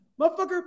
Motherfucker